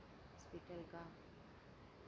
hospital का